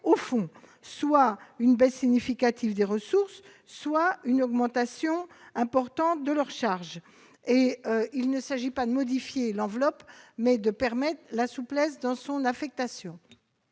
rempli : soit une baisse significative de leurs ressources, soit une augmentation importante de leurs charges. Il s'agit non pas de modifier l'enveloppe, mais d'offrir de la souplesse dans son affectation.